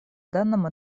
данном